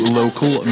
local